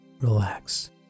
relax